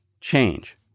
change